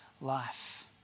life